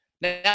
Now